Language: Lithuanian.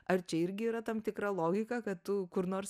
ar čia irgi yra tam tikra logika kad tu kur nors